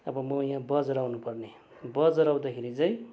अब म यहाँ बजार आउनुपर्ने बजार आउँदाखेरि चाहिँ